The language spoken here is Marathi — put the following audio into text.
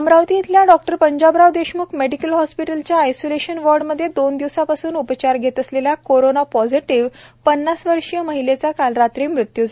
अमरावती येथील डॉक्टर पंजाबराव देशम्ख मेडिकल हॉस्पिटलच्या आयसोलेशन वॉर्डमध्ये दोन दिवसापासून उपचार घेत असलेल्या कोरणा पॉझिटिव पन्नास वर्षे महिलांचा काल रात्री मृत्यू झाला